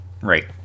right